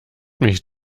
mich